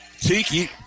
Tiki